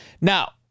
Now